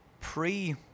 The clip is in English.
Pre-